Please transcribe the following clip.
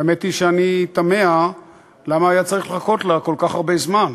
והאמת היא שאני תמה למה היה צריך לחכות לה כל כך הרבה זמן.